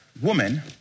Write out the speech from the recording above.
woman